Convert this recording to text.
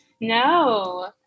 No